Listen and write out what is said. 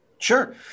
Sure